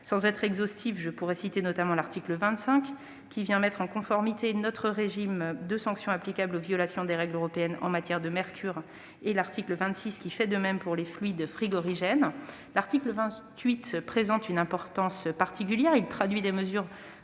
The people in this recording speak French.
Sans être exhaustive, je cite l'article 25, qui met en conformité notre régime de sanctions applicables aux violations des règles européennes en matière de mercure. L'article 26 fait de même pour les fluides frigorigènes. L'article 28 présente une importance particulière. Il traduit des mesures